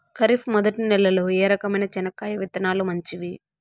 ఖరీఫ్ మొదటి నెల లో ఏ రకమైన చెనక్కాయ విత్తనాలు మంచివి